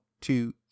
two